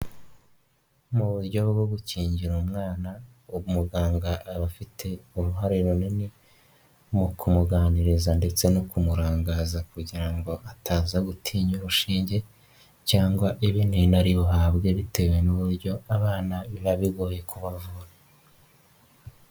Mu buryo bwo gukingira umwana umuganga aba afite uruhare runini mu kumuganiriza ndetse no kumurangaza kugira ngo ataza gutinya urushinge cyangwa ibinini aribuhabwe bitewe n'uburyo abana biba bigoye kubavura.